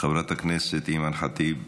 חברת הכנסת ח'טיב יאסין,